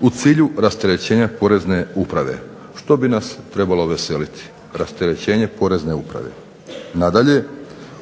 u cilju rasterećenja Porezne uprave, što bi nas trebalo veseliti, rasterećenje Porezne uprave. Nadalje,